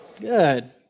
Good